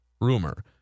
rumor